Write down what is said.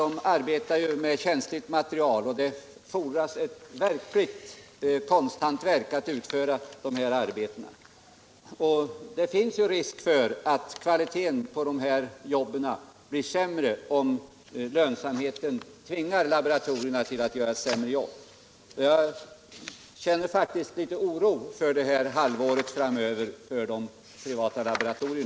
De arbetar ju med ett känsligt material, och det fordras ett verkligt konsthantverk för att utföra dessa arbeten. Det finns risk för att kvaliteten på jobbet blir sämre, om lönsamheten tvingar laboratorierna till att göra ett sämre jobb. Jag känner faktiskt litet oro för de privata laboratorierna under halvåret framöver.